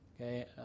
Okay